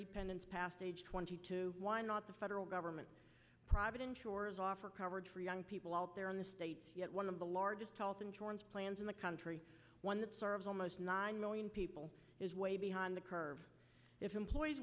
dependents past age twenty two why not the federal government private insurers offer coverage for young people out there in the state one of the largest health insurance plans in the country one that serves almost nine million people is way behind the curve if employees